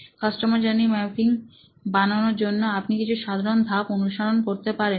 customer journey mapping বানানোর জন্য আপনি কিছু সাধারণ ধাপ অনুসরণ করতে পারেন